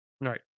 Right